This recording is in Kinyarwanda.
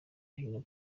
hino